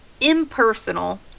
Impersonal